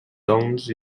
doncs